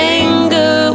anger